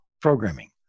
programming